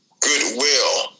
goodwill